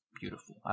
beautiful